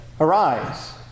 Arise